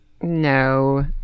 No